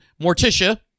Morticia